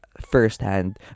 firsthand